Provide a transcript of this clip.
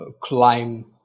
climb